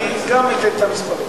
אני גם אתן את המספרים.